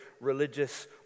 religious